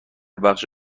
بخش